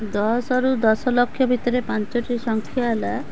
ଦଶରୁ ଦଶ ଲକ୍ଷ ଭିତରେ ପାଞ୍ଚଟି ସଂଖ୍ୟା ହେଲା